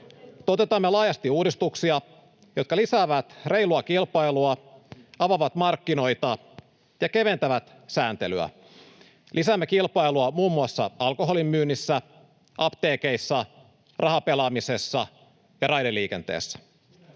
Toteutamme laajasti uudistuksia, jotka lisäävät reilua kilpailua, avaavat markkinoita ja keventävät sääntelyä. Lisäämme kilpailua muun muassa alkoholin myynnissä, apteekeissa, rahapelaamisessa ja raideliikenteessä.